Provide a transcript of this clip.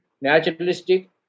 naturalistic